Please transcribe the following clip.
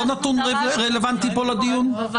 זה לא נתון רלוונטי פה לדיון?